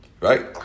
right